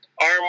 arm